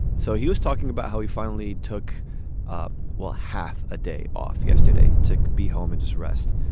so he was talking about how he finally took um well half a day off yesterday to be home and just rest.